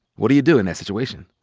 what do you do in that situation?